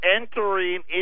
entering